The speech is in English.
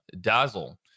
Dazzle